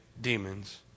demons